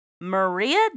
Maria